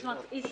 זאת אומרת,